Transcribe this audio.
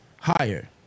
higher